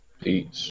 Peace